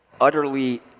utterly